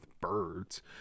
birds